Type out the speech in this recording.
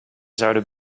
zouden